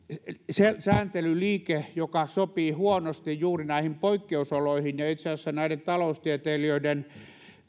se sääntelyliike joka sopii huonosti juuri näihin poikkeusoloihin ja itse asiassa näiden taloustieteilijöiden